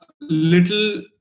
little